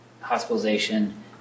hospitalization